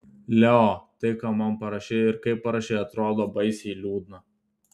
leo tai ką man parašei ir kaip parašei atrodo baisiai liūdna